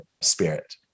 spirit